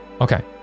Okay